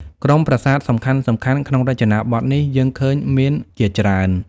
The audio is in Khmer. ក្រុមប្រាសាទសំខាន់ៗក្នុងរចនាបថនេះយើងឃើញមានជាច្រើន។